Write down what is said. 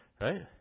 Right